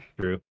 True